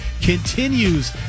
continues